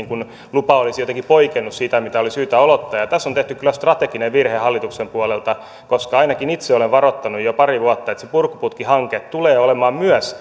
lupa olisi jotenkin poikennut siitä mitä oli syytä odottaa ja tässä on tehty kyllä strateginen virhe hallituksen puolelta koska ainakin itse olen varoittanut jo pari vuotta että se purkuputkihanke tulee olemaan myös